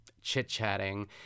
chit-chatting